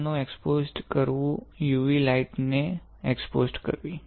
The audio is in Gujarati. શાને એક્સ્પોઝેડ કરવુ UV લાઇટ ને એક્સ્પોઝેડ કરવી